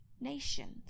nations